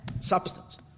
substance